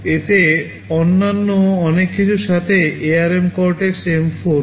এতে অন্যান্য অনেক কিছুর সাথে ARM CORTEX M4CPU রয়েছে